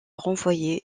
renvoyé